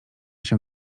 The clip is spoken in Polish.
się